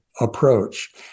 approach